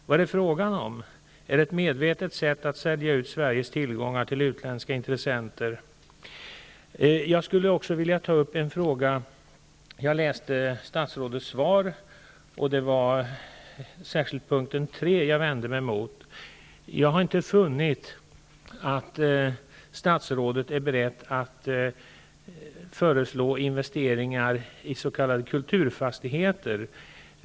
Vad är det fråga om? Är det ett medvetet sätt att sälja ut Sveriges tillgångar till utländska intressenter? Jag skulle också vilja ta upp en annan fråga. Jag har läst statsrådets svar och där särskilt vänt mig mot punkten 3. Jag har inte funnit att statsrådet är beredd att föreslå investeringar i s.k. kulturfastigheter.